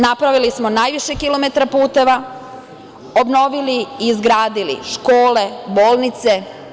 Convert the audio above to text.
Napravili smo najviše kilometara puteva, obnovili i izgradili škole, bolnice.